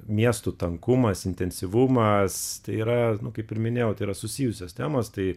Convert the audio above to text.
miestų tankumas intensyvumas tai yra kaip ir minėjau tai yra susijusios temos tai